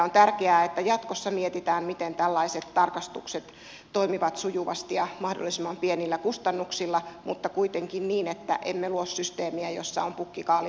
on tärkeää että jatkossa mietitään miten tällaiset tarkastukset toimivat sujuvasti ja mahdollisimman pienillä kustannuksilla mutta kuitenkin niin että emme luo systeemiä jossa on pukki kaalimaan vartijana